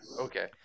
Okay